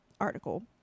article